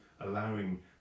allowing